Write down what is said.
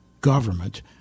government